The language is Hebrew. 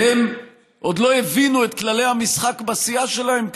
הם עוד לא הבינו את כללי המשחק בסיעה שלהם,